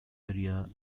area